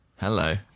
Hello